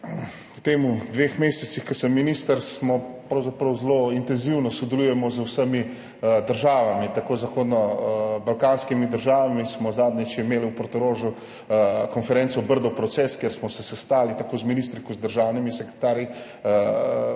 V teh dveh mesecih, odkar sem minister, pravzaprav zelo intenzivno sodelujemo z vsemi državami, tako z zahodnobalkanskimi državami, smo zadnjič imeli v Portorožu konferenco Brdo proces, kjer smo se sestali z ministri in državnimi sekretarji